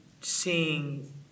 seeing